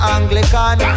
Anglican